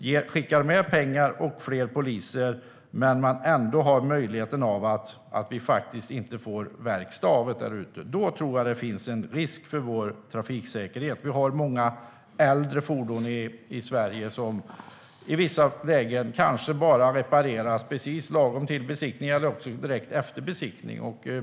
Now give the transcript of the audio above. Man skickar med pengar och fler poliser, men det finns ändå en risk för att det inte blir någon verkstad där ute. Då riskeras trafiksäkerheten. Det finns många äldre fordon i Sverige som i vissa fall kanske repareras bara precis lagom till besiktning eller direkt efter besiktning.